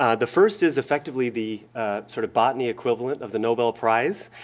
ah the first is effectively the sort of botany equivalent of the nobel prize,